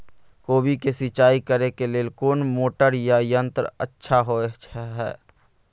कोबी के सिंचाई करे के लेल कोन मोटर या यंत्र अच्छा होय है?